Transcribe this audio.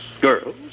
Girls